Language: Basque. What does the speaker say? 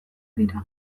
dira